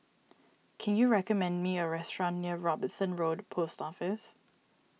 can you recommend me a restaurant near Robinson Road Post Office